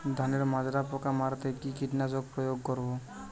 ধানের মাজরা পোকা মারতে কি কীটনাশক প্রয়োগ করব?